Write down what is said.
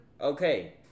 okay